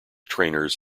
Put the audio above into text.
trainers